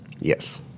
Yes